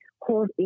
cause